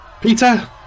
Peter